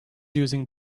using